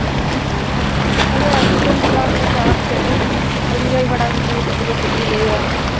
ᱦᱮᱸ ᱛᱟᱦᱚᱞᱮ ᱟᱹᱛᱩᱨᱮᱱ ᱛᱷᱚᱲᱟ ᱦᱚᱲ ᱡᱟᱣᱨᱟ ᱠᱟᱛᱮᱫᱜᱤᱧ ᱛᱟᱦᱚᱞᱮᱧ ᱞᱟᱹᱭᱵᱟᱲᱟ ᱟᱠᱩᱜᱤ ᱡᱮ ᱪᱮᱫ ᱠᱩ ᱞᱟᱹᱭᱟ